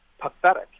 pathetic